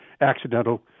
accidental